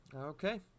Okay